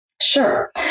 Sure